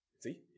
See